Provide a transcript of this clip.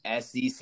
SEC